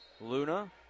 Luna